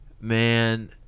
man